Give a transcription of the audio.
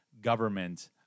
government